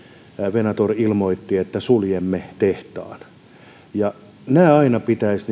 venator ilmoitti että suljemme tehtaan myös nämä pitäisi